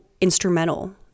instrumental